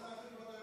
הסכמה רחבה.